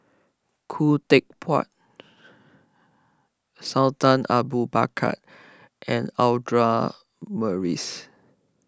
Khoo Teck Puat Sultan Abu Bakar and Audra Morrice